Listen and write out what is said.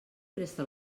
presta